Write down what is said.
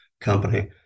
company